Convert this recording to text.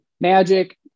Magic